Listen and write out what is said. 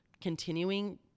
continuing